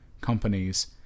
companies